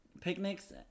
picnics